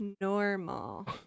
Normal